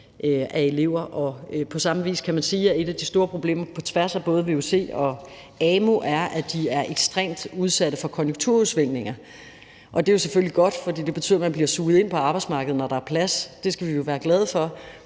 af elever. På samme vis kan man sige, at et af de store problemer på tværs af både vuc og amu er, at de er ekstremt udsat for konjunktursvingninger. Det er selvfølgelig godt, for det betyder, at man bliver suget ind på arbejdsmarkedet, når der er plads, og det skal vi jo være glade for,